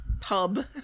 pub